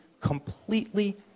completely